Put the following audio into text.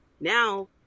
now